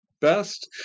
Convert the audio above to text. best